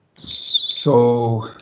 so,